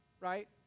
right